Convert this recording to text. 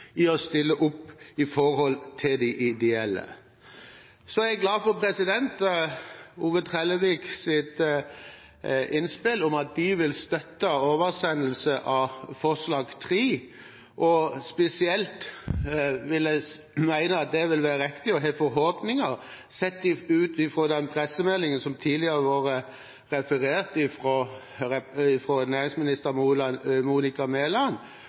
i å stille opp for de ideelle. Jeg er glad for Ove Trelleviks innspill om at de vil støtte oversendelse av forslag nr. 3, og det vil være riktig å ha forhåpninger sett ut fra den pressemeldingen som det tidligere har vært referert til av næringsminister Monica Mæland,